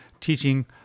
teaching